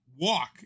Walk